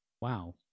Wow